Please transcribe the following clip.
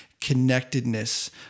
connectedness